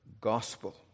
gospel